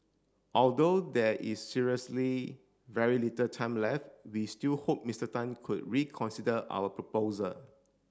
although there is seriously very little time left we still hope Mister Tan could reconsider our proposal